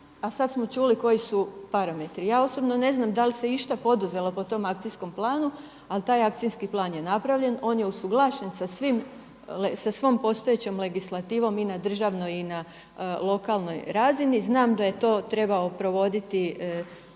a sada smo čuli koji su parametri. Ja osobno ne znam da li se išta poduzelo po tom akcijskom planu, ali taj akcijski plan je napravljen, on je usuglašen sa svom postojećom legislativom i na državnoj i na lokalnoj razini. Znam da je to trebao provoditi Ured